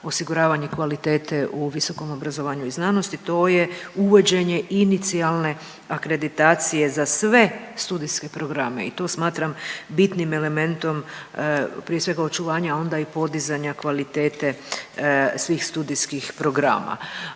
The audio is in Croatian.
osiguravanju kvalitete u visokom obrazovanju i znanosti, to je uvođenje inicijalne akreditacije za sve studijske programe i to smatram bitnim elementom prije svega očuvanja, a onda i podizanja kvalitete svih studijskih programa.